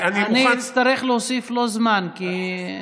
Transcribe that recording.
אני אצטרך להוסיף לו זמן, כי,